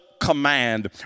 command